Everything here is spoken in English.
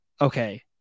okay